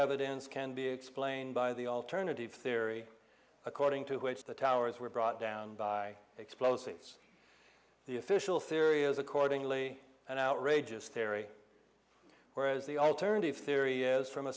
evidence can be explained by the alternative theory according to which the towers were brought down by explosives the official theory is accordingly an outrageous theory whereas the alternative theory is from a